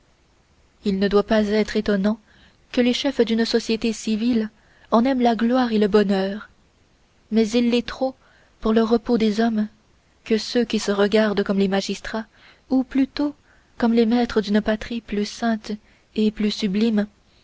il ne doit pas être étonnant que les chefs d'une société civile en aiment la gloire et le bonheur mais il l'est trop pour le repos des hommes que ceux qui se regardent comme les magistrats ou plutôt comme les maîtres d'une patrie plus sainte et plus sublime